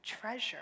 treasure